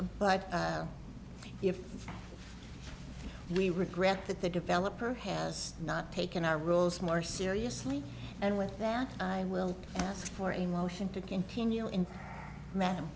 but if we regret that the developer has not taken our rules more seriously and with that i will ask for a motion to continue in